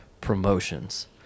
promotions